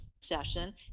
session